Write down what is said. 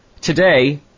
today